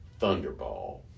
Thunderball